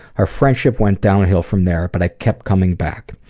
our friendship went downhill from there but i kept coming back.